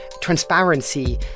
transparency